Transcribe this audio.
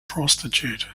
prostitute